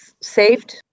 saved